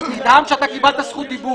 אני נדהם שקיבלת זכות דיבור.